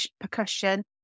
percussion